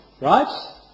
Right